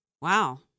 Wow